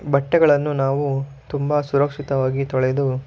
ಬಟ್ಟೆಗಳನ್ನು ನಾವು ತುಂಬ ಸುರಕ್ಷಿತವಾಗಿ ತೊಳೆದು